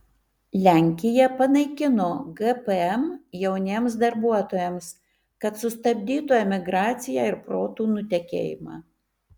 lenkija panaikino gpm jauniems darbuotojams kad sustabdytų emigraciją ir protų nutekėjimą